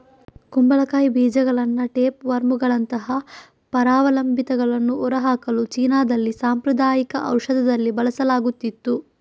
ಕುಂಬಳಕಾಯಿ ಬೀಜಗಳನ್ನ ಟೇಪ್ ವರ್ಮುಗಳಂತಹ ಪರಾವಲಂಬಿಗಳನ್ನು ಹೊರಹಾಕಲು ಚೀನಾದಲ್ಲಿ ಸಾಂಪ್ರದಾಯಿಕ ಔಷಧದಲ್ಲಿ ಬಳಸಲಾಗುತ್ತಿತ್ತು